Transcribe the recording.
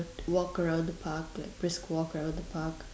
walk around the park like brisk walk around the park